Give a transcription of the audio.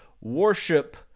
worship